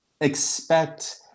expect